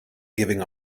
giving